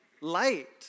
light